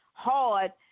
Hard